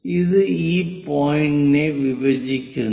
ഇത് ഈ പോയിന്റിനെ വിഭജിക്കുന്നു